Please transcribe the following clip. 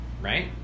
Right